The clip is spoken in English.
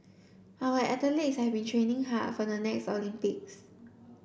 our athletes has been training hard for the next Olympics